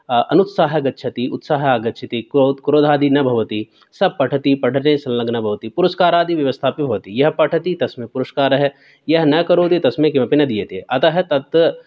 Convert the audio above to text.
अनुत्साहः गच्छति उत्साहः आगच्छति क्रो क्रोधादि न भवति सः पठति पठने संलग्नः भवति पुरस्कारादि व्यवस्था अपि भवति यः पठति तस्मै पुरस्कारः यः न करोति तस्मै किमपि न दीयते अतः तत्